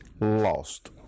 lost